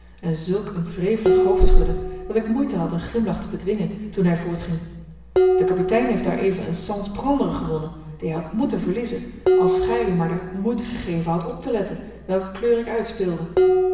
en zulk een wrevelig hoofdschudden dat ik moeite had een glimlach te bedwingen toen hij voortging de kapitein heeft daareven een sans prendre gewonnen die hij had moeten verliezen als gij u maar de moeite gegeven hadt op te letten welke kleur ik uitspeelde